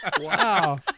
Wow